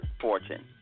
Fortune